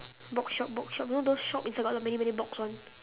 box shop box shop you know those shop inside got a lot many many box [one]